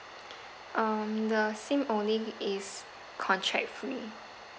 um the SIM only is contract free